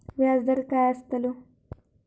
व्याज दर काय आस्तलो?